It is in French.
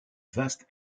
vaste